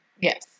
yes